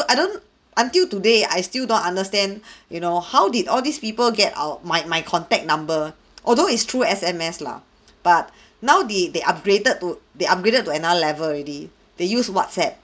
I don't until today I still don't understand you know how did all these people get our my my contact number although is through S_M_S lah but now the they upgraded to they upgraded to another level already they use whatsapp